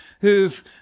who've